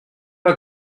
pas